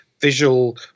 visual